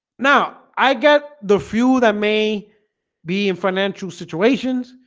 now i get the few that may be in financial situations.